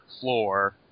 floor